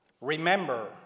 Remember